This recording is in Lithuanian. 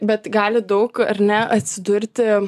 bet gali daug ar ne atsidurti